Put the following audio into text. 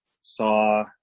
saw